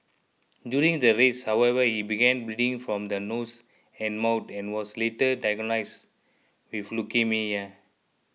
during the race however he began bleeding from the nose and mouth and was later diagnosed with leukaemia